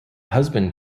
husband